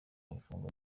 ifungwa